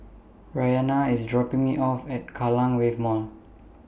Bryana IS dropping Me off At Kallang Wave Mall